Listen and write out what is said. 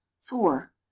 four